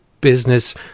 business